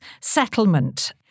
settlement